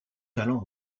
talent